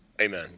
Amen